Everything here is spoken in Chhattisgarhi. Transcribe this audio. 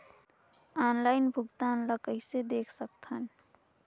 ऑनलाइन भुगतान ल कइसे देख सकथन?